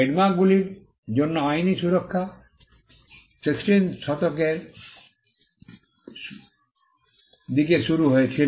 ট্রেডমার্কগুলির জন্য আইনী সুরক্ষা 16th শতকের দিকে শুরু হয়েছিল